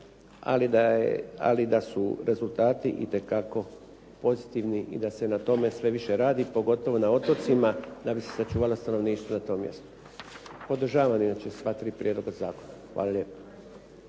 ali da su rezultati itekako pozitivni i da se na tome sve više radi, pogotovo na otocima da bi se sačuvalo stanovništvo na tom mjestu. Podržavam inače sva tri prijedloga zakona. Hvala lijepa.